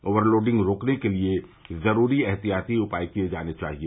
over loading रोकने के लिए जरूरी एहतियाती उपाय किये जाने चाहिए